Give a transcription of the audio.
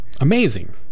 amazing